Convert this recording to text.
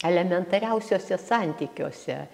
elementariausiuose santykiuose